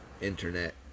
internet